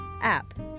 app